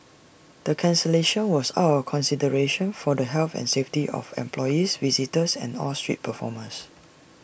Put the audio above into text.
the cancellation was out of consideration for the health and safety of employees visitors and all street performers